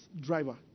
driver